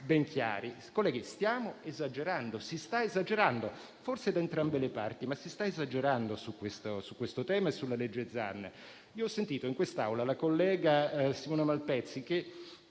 ben chiaro. Colleghi, stiamo esagerando, si sta esagerando, forse da entrambe le parti, ma si sta esagerando su questo tema e sul disegno di legge Zan. Io ho sentito in quest'Aula la collega Malpezzi,